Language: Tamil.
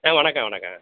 ஆ வணக்கம் வணக்கம்